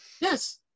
yes